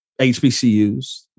HBCUs